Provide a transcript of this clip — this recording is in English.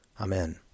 Amen